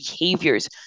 behaviors